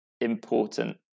important